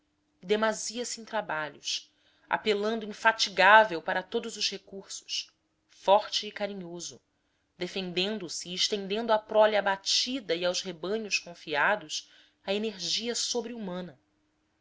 demasia se em trabalhos apelando infatigável para todos os recursos forte e carinhoso defendendo se e estendendo à prole abatida e aos rebanhos confiados a energia